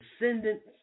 descendants